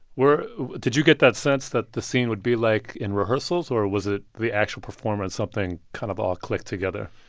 were did you get that sense that the scene would be like in rehearsals, or was it the actual performance something kind of all clicked together?